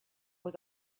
was